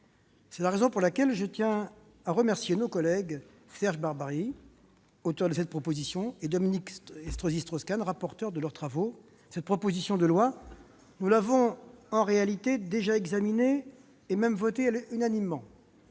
C'est la raison pour laquelle je tiens à remercier nos collègues Serge Babary, auteur de la proposition de loi, et Dominique Estrosi Sassone, rapporteur, pour leurs travaux. Cette proposition de loi, nous l'avons en réalité déjà examinée, et même votée à l'unanimité.